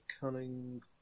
cunning